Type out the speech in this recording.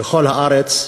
בכל הארץ,